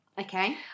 Okay